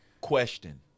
Question